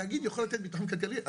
תאגיד יכול לתת ביטחון כלכלי?